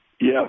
Yes